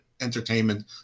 entertainment